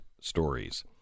stories